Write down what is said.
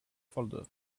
folder